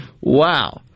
Wow